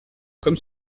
comme